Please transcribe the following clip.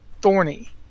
thorny